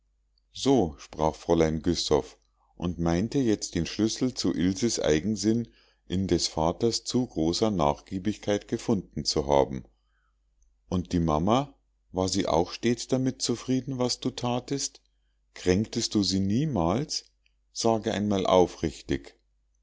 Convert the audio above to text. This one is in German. so sprach fräulein güssow und meinte jetzt den schlüssel zu ilses eigensinn in des vaters zu großer nachgiebigkeit gefunden zu haben und die mama war auch sie stets damit zufrieden was du thatest kränktest du sie niemals sage einmal aufrichtig